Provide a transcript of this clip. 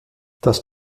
das